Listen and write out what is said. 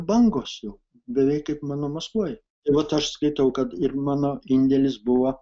bangos jau beveik kaip mano maskvoj vat aš skaitau kad ir mano indėlis buvo